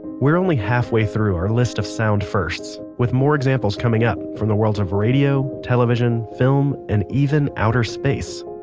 we're only half-way through our list of sound firsts, with more examples coming up from the worlds of radio, television, film, and even outer space.